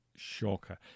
shocker